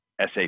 sap